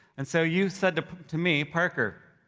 and so you said to me, parker,